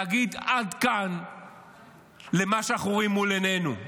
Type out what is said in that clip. להגיד עד כאן למה שאנחנו רואים מול עינינו.